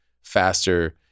faster